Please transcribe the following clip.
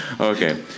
Okay